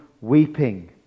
weeping